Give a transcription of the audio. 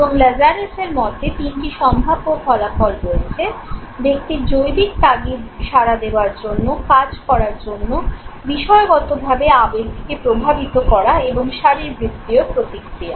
এবং ল্যাজারাসের মতে তিনটি সম্ভাব্য ফলাফল রয়েছে ব্যক্তির জৈবিক তাগিদ সাড়া দেওয়ার জন্য কাজ করার জন্য বিষয়গতভাবে আবেগকে প্রভাবিত করা এবং শারীরবৃত্তীয় প্রতিক্রিয়া